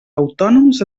autònoms